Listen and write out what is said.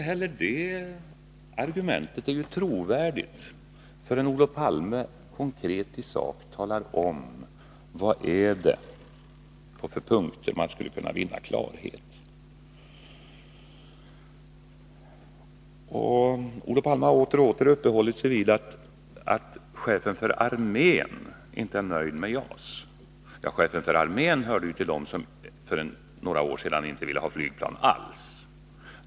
Nej, det argumentet är inte trovärdigt förrän Olof Palme konkret talar om på vilka punkter man måste vinna klarhet. Olof Palme har åter uppehållit sig vid talet om att chefen för armén inte är nöjd med JAS. Ja, chefen för armén hör till dem som för några år sedan inte alls ville ha flygplan.